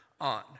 on